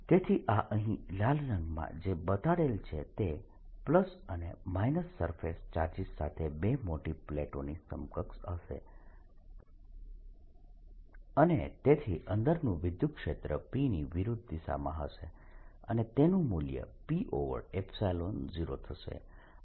તેથી આ અહીં લાલ રંગમાં જે બતાડેલ છે તે અને સરફેસ ચાર્જીસ સાથે બે મોટી પ્લેટોની સમકક્ષ હશે અને તેથી અંદરનું વિદ્યુતક્ષેત્ર P ની વિરુદ્ધ દિશામાં હશે અને તેનું મૂલ્ય P0 થશે આ ઉદાહરણ 1 છે